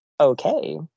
okay